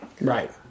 Right